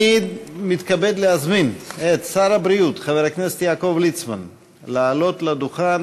אני מתכבד להזמין את שר הבריאות חבר הכנסת יעקב ליצמן לעלות לדוכן